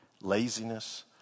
laziness